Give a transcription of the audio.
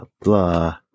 blah